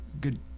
good